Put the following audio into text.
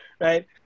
right